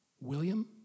William